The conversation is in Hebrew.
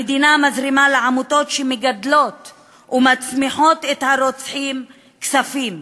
המדינה מזרימה לעמותות שמגדלות ומצמיחות את הרוצחים כספים,